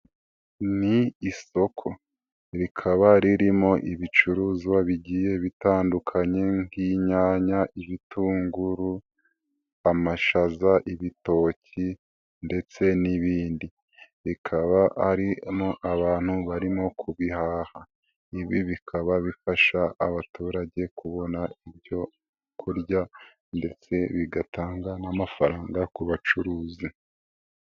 Ni isoko, rikaba ririmo ibicuruzwa bigiye bitandukanye: nk'inyanya, ibitunguru, amashaza, ibitoki ndetse n'ibindi, bikaba arimo abantu barimo kubihaha, ibi bikaba bifasha abaturage kubona ibyo kurya ndetse bigatanga n'amafaranga ku bacuruzi.